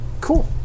Cool